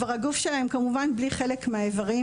הגוף שלהם כמובן בלי חלק מהאיברים